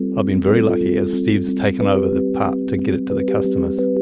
i've been very lucky as steve's taken over the part to get it to the customers.